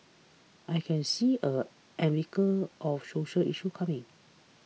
I can see a avalanche of social issues coming